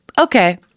okay